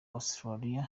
australia